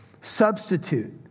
substitute